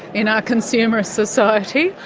in our consumerist society?